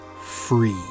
free